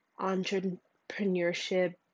entrepreneurship